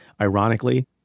ironically